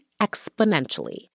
exponentially